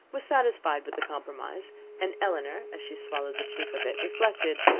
was satisfied with the compromise and elinor, as she swallowed the chief of it, reflected,